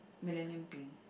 millennial pink